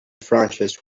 franchise